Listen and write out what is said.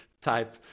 type